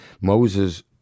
Moses